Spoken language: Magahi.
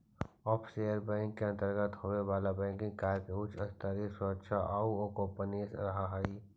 ऑफशोर बैंक के अंतर्गत होवे वाला बैंकिंग कार्य में उच्च स्तरीय सुरक्षा आउ गोपनीयता रहऽ हइ